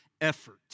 effort